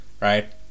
Right